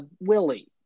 Willie